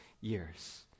years